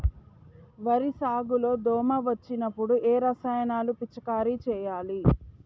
వరి సాగు లో దోమ వచ్చినప్పుడు ఏ రసాయనాలు పిచికారీ చేయాలి?